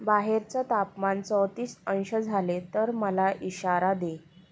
बाहेरचं तापमान चौतीस अंश झाले तर मला इशारा दे